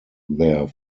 there